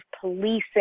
policing